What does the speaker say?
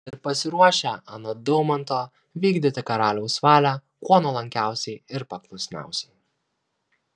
ir pasiruošę anot daumanto vykdyti karaliaus valią kuo nuolankiausiai ir paklusniausiai